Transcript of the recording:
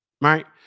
Right